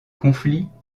conflits